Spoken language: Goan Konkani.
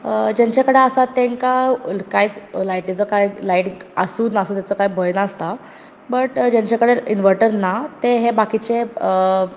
अ जेंचे कडेन आसात तेंका उ अ कांयच अ लायटीचो कांय अ लायट आसुूं नासूं तांचो कांय भंय नासता बट अ जेंचे कडेन इन्वर्टर ना ते हे बाकींचे अ